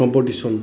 competition